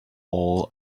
all